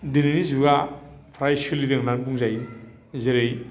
दिनैनि जिउआ फ्राय सोलिदों होननानै बुंजायो जेरै